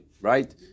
right